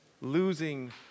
Losing